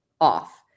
off